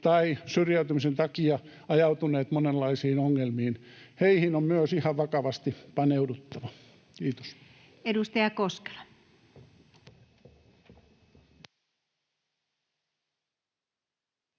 tai syrjäytymisen takia ajautuneet monenlaisiin ongelmiin. Heihin on myös ihan vakavasti paneuduttava. — Kiitos.